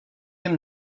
jim